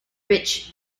rich